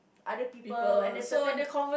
other people at a certain